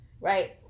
right